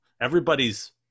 everybody's